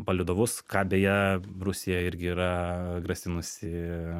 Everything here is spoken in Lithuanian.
palydovus ką beje rusija irgi yra grasinusi